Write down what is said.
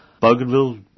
Bougainville